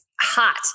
hot